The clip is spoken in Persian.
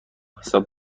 حساب